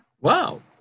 Wow